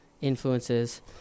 influences